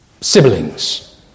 siblings